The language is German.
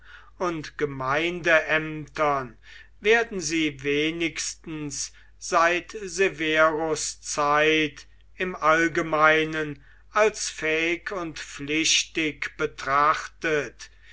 und gemeindeämtern werden sie wenigstens seit severus zeit im allgemeinen als fähig und pflichtig betrachtet